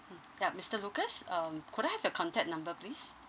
hmm yup mister lukas um could I have your contact number please